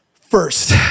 First